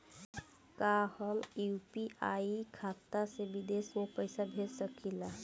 का हम यू.पी.आई खाता से विदेश में पइसा भेज सकिला?